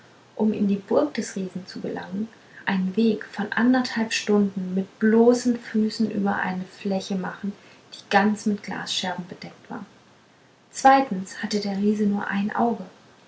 um in die burg des riesen zu gelangen einen weg von anderthalb stunden mit bloßen füßen über eine fläche machen die ganz mit glasscherben bedeckt war zweitens hatte der riese nur ein auge